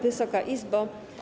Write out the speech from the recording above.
Wysoka Izbo!